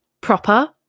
proper